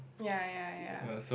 ya ya ya ya ya